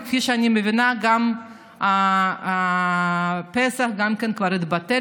כפי שאני מבינה גם בפסח זה יתבטל,